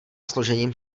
složením